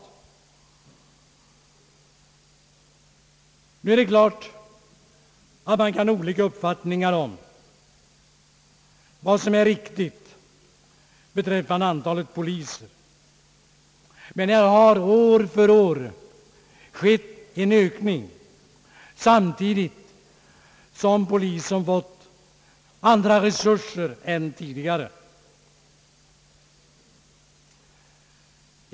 Det är klart att man kan ha olika uppfattningar om vad som är riktigt beträffande antalet poliser, men här har år efter år skett en ökning, samtidigt som polisen fått större resurser än tidigare.